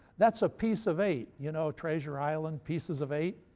that's a piece of eight you know, treasure island, pieces of eight?